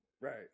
Right